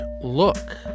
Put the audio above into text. look